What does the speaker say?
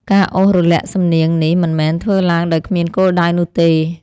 ការអូសរលាក់សំនៀងនេះមិនមែនធ្វើឡើងដោយគ្មានគោលដៅនោះទេ។